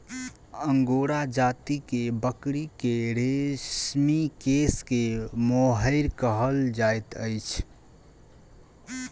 angora जाति के बकरी के रेशमी केश के मोहैर कहल जाइत अछि